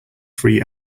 free